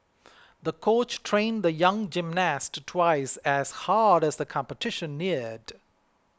the coach trained the young gymnast twice as hard as the competition neared